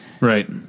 Right